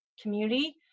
community